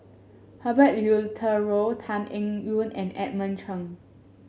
Herbert Eleuterio Tan Eng Yoon and Edmund Cheng